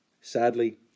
Sadly